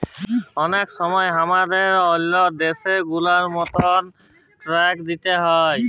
অলেক সময় হামাদের ওল্ল দ্যাশ গুলার মত ট্যাক্স দিতে হ্যয়